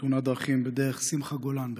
בתאונת דרכים בדרך שמחה גולן בחיפה,